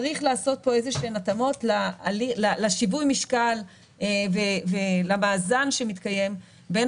צריך לעשות פה איזשהן התאמות לשיווי משקל ולמאזן שמתקיים בין